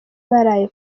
baraye